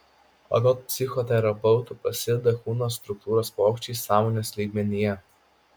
anot psichoterapeutų prasideda kūno struktūros pokyčiai sąmonės lygmenyje